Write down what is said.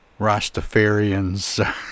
rastafarians